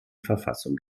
verfassung